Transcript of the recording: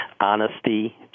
honesty